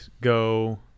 Go